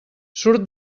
surt